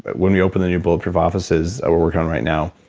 but when we open the new bulletproof offices that we're working on right now,